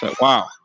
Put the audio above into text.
Wow